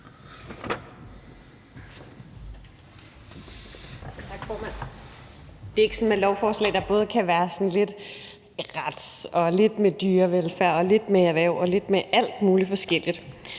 Det er ikke sådan med lovforslag, der både kan have lidt med retsområdet, dyrevelfærdsområdet, erhvervsområdet og alt muligt forskelligt